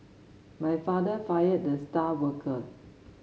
my father fired the star worker